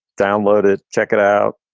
download it. check it out.